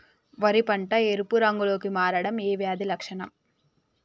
వరి పంట ఎరుపు రంగు లో కి మారడం ఏ వ్యాధి లక్షణం?